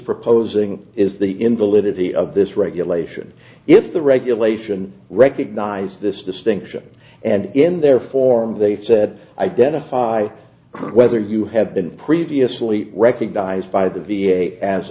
proposing is the invalidity of this regulation if the regulation recognise this distinction and in their form they said identify whether you have been previously recognized by the v a as